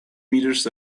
meters